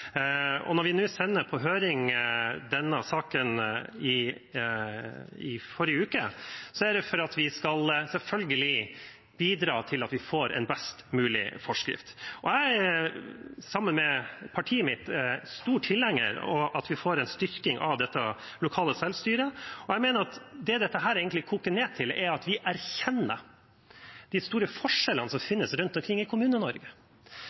Og når vi sendte denne saken på høring i forrige uke, er det fordi vi selvfølgelig skal bidra til at vi får en best mulig forskrift. Jeg er, sammen med partiet mitt, stor tilhenger av at vi får en styrking av det lokale selvstyret. Jeg mener at det dette egentlig koker ned til, er at vi erkjenner de store forskjellene som finnes rundt omkring i